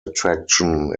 attraction